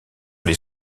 les